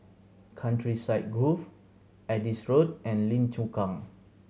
Countryside Grove Adis Road and Lim Chu Kang